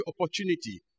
opportunity